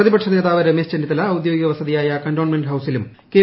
പ്രതിപക്ഷ നേതാവ് രമേശ് ചെന്നിത്തല ഔദ്യോഗിക വസതിയായ കന്റോൺമെന്റ് ഹൌസിലും കെ